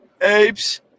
Apes